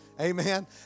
Amen